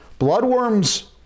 Bloodworms